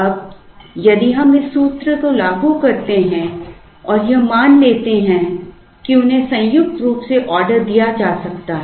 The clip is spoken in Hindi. अब यदि हम इस सूत्र को लागू करते हैं और यह मान लेते हैं कि उन्हें संयुक्त रूप से ऑर्डर दिया जा सकता है